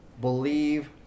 believe